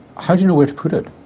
how do you know where to put it?